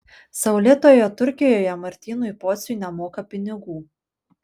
saulėtoje turkijoje martynui pociui nemoka pinigų